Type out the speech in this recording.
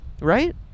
Right